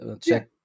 check